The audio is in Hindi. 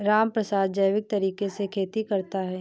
रामप्रसाद जैविक तरीके से खेती करता है